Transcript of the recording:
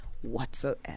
Whatsoever